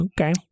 Okay